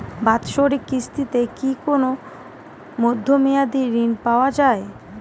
বাৎসরিক কিস্তিতে কি কোন মধ্যমেয়াদি ঋণ পাওয়া যায়?